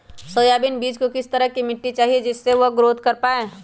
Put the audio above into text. Soybean बीज को किस तरह का मिट्टी चाहिए जिससे वह ग्रोथ कर पाए?